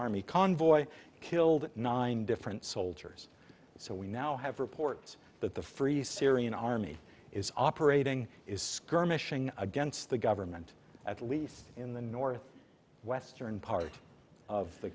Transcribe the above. army convoy killed nine different soldiers so we now have reports that the free syrian army is operating is skirmishing against the government at least in the north western part of the